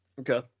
Okay